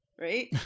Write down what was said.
right